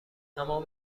تمام